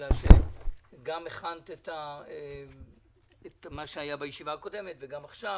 בגלל שהיא גם הכינה את מה שהיה בישיבה הקודמת וגם עכשיו.